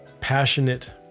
passionate